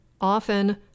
Often